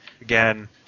again